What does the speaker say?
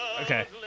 okay